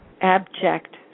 abject